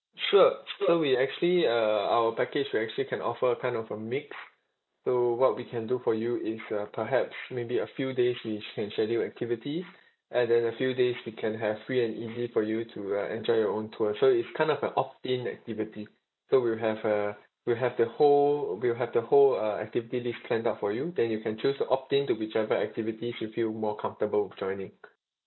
sure so we actually uh our package we actually can offer a kind of a mix so what we can do for you if you are perhaps maybe a few days we can schedule activities and then a few days we can have free and easy for you to uh enjoy your own tour so is kind of a opt in activities so we'll have uh we have the whole we'll have the whole uh activity list planned out for you then you can choose to opt in to whichever activities you feel more comfortable with joining